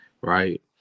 Right